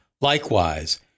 Likewise